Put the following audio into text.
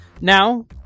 Now